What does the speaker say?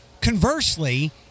Conversely